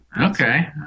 Okay